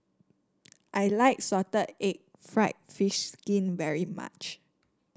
I like Salted Egg fried fish skin very much